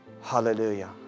Hallelujah